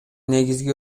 негизги